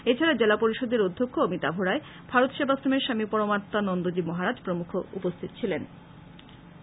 এছাড়া জেলা পরিষদের অধ্যক্ষ অমিতাভ রায় ভারত সেবাশ্রমের স্বামী পরমাত্মানন্দজী মহারাজ প্রমুখ উপস্থিত ছিলেন